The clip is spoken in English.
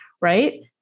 right